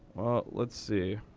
let's see.